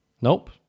Nope